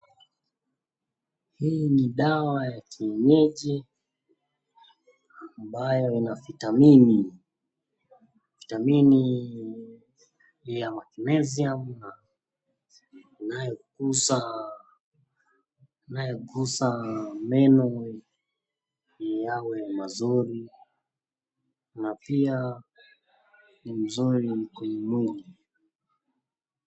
Hii ni dawa ya kienyeji ambayo ina vitamin . Vitamin ya kumeza na inayokuza meno yawe mazuri na pia ni mzuri kwenye mwili.